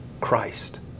Christ